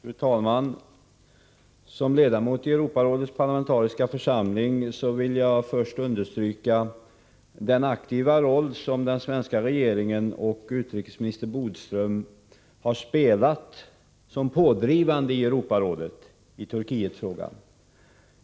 Fru talman! Som ledamot i Europarådets parlamentariska församling vill jag först understryka den aktiva roll som den svenska regeringen och utrikesminister Bodström har spelat som pådrivande i Europarådet när det gäller Turkietfrågan.